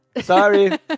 Sorry